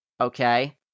okay